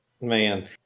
Man